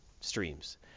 streams